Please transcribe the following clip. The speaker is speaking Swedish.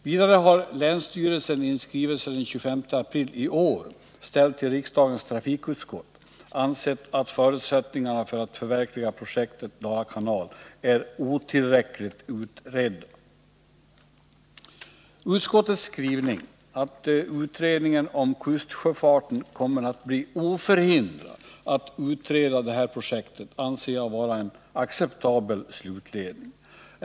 Vidare har länsstyrelsen i en skrivelse den 25 april i år, ställd till riksdagens trafikutskott, ansett att förutsättningarna för att förverkliga projektet Dalakanal är otillräckligt utredda. Utskottets skrivning, att utredningen om kustsjöfarten kommer att bli oförhindrad att utreda det här projektet, anser jag vara en acceptabel slutledning.